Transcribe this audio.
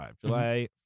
July